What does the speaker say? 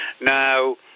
Now